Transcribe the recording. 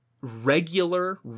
regular